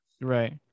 Right